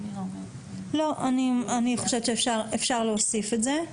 לא, אני חושבת שאפשר להוסיף את זה.